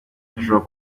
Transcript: hashobora